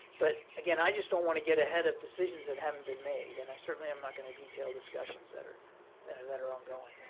but again, i just don't want to get ahead of decisions that haven't been made, and i certainly am not going to detail discussions that are and and that are ongoing.